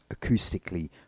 acoustically